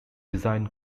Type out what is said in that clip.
design